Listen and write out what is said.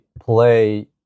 play